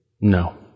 No